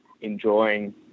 enjoying